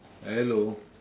hello